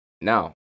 now